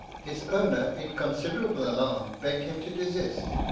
his owner, in considerable alarm, begged him to desist,